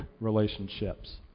relationships